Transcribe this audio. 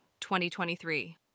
2023